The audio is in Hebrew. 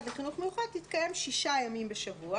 לחינוך מיוחד תתקיים שישה ימים בשבוע,